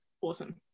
awesome